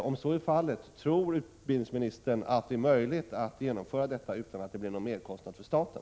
Om så är fallet, tror utbildningsministern att det är möjligt att genomföra detta utan att det blir någon merkostnad för staten?